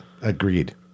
Agreed